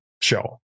show